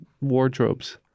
wardrobes